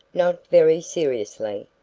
not very seriously,